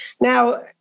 Now